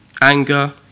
anger